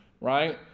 Right